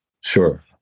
Sure